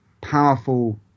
powerful